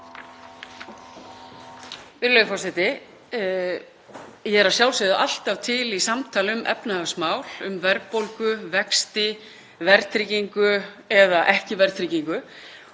Ég er að sjálfsögðu alltaf til í samtal um efnahagsmál, um verðbólgu, vexti, verðtryggingu eða ekki verðtryggingu